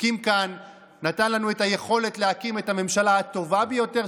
נתן לנו את היכולת להקים את הממשלה הטובה ביותר,